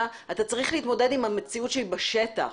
אתה צריך להתמודד עם המציאות שהיא בשטח.